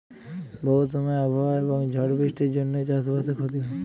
বহু সময় আবহাওয়া এবং ঝড় বৃষ্টির জনহে চাস বাসে ক্ষতি হয়